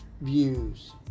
views